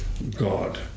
god